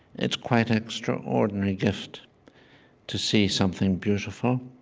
it's quite an extraordinary gift to see something beautiful,